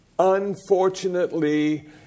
Unfortunately